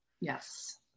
yes